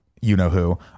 you-know-who